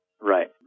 Right